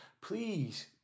please